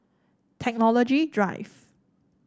Technology Drive